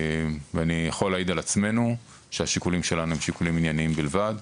ואני יכול להעיד על עצמנו שהשיקולים שלנו הם שיקולים ענייניים בלבד,